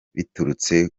biturutse